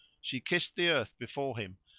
she kissed the earth before him,